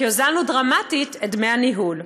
כי הוזלנו דרמטית את דמי הניהול.